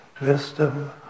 wisdom